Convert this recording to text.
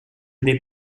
n’ai